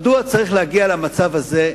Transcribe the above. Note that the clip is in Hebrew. מדוע צריך להגיע למצב הזה,